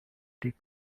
take